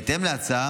בהתאם להצעה,